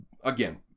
again